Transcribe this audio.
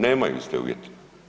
Nemaju iste uvjete.